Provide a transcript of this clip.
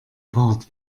part